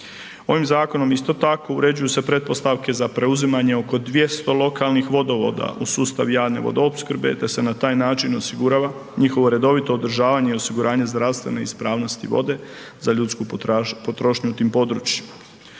Ovim zakonom isto tako uređuju se pretpostavke za preuzimanje oko 200 lokalnih vodovoda u sustav javne vodoopskrbe te se na taj način osigurava njihovo redovito održavanje i osiguranje zdravstvene ispravnosti vode za ljudsku potrošnju u tim područjima.